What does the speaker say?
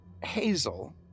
Hazel